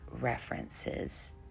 references